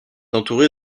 entouré